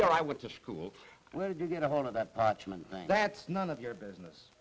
year i went to school where did you get ahold of that thing that's none of your business